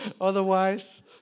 otherwise